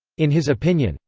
in his opinion,